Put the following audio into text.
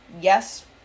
Yes